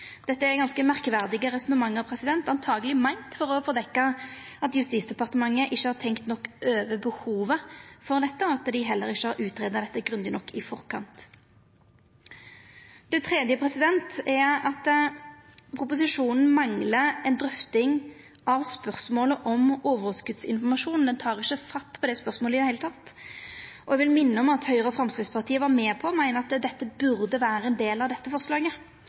Dette er ganske merkverdige resonnement, som truleg skal dekkja over at Justisdepartementet ikkje har tenkt nok over behovet for dette, og at dei heller ikkje har greidd det ut grundig nok i forkant. Det tredje er at proposisjonen manglar ei drøfting av spørsmålet om overskotsinformasjon – han tek ikkje fatt i det spørsmålet i det heile. Eg vil minna om at Høgre og Framstegspartiet var med på å meina at dette burde vore ein del av dette forslaget.